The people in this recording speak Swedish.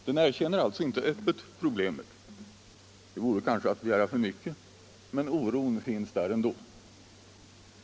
Den erkänner alltså inte öppet problemet, och det vore kanske att begära för mycket — men oron finns där ändå.